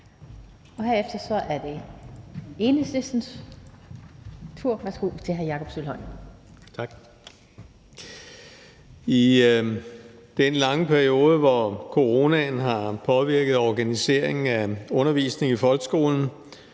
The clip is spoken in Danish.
I den lange periode, hvor coronaen har påvirket organiseringen af undervisningen i folkeskolen